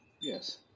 Yes